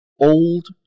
Old